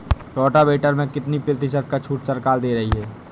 Rotavator में कितनी प्रतिशत का छूट सरकार दे रही है?